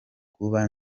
kuba